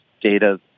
data